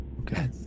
Okay